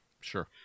Sure